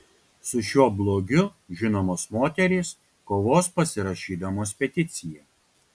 su šiuo blogiu žinomos moterys kovos pasirašydamos peticiją